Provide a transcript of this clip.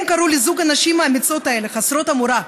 הם קראו לזוג הנשים האמיצות האלה, חסרות המורא,